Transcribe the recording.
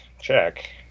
check